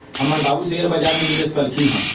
हमर बाबू शेयर बजार में निवेश कलखिन्ह ह